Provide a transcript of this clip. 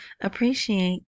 appreciate